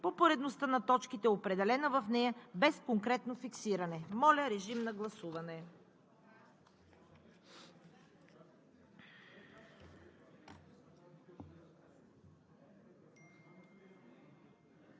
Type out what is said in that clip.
по поредността на точките, определени в нея без конкретно фиксиране. Моля, режим на гласуване.